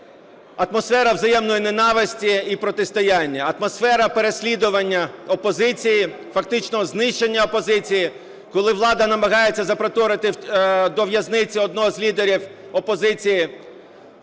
Атмосфера взаємної ненависті і протистояння, атмосфера переслідування опозиції, фактично знищення опозиції, коли влада намагається запроторити до в'язниці одного з лідерів опозиції